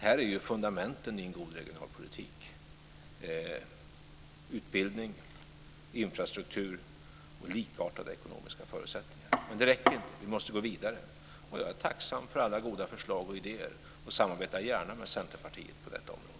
Här är fundamenten i en god regionalpolitik: utbildning, infrastruktur och likartade ekonomiska förutsättningar. Men det räcker inte. Vi måste gå vidare. Jag är tacksam för alla goda förslag och idéer och samarbetar gärna med Centerpartiet på detta område.